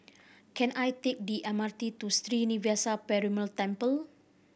can I take the M R T to Sri Srinivasa Perumal Temple